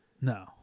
No